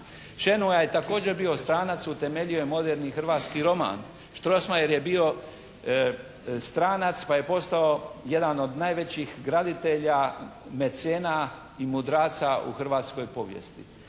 Šenoa je također bio stranac, utemeljio je moderni hrvatski roman. Strossmayer je bio stranac pa je postao jedan od najvećih graditelja, mecena i mudraca u hrvatskoj povijesti.